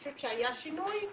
אני חושבת שהיה שינוי,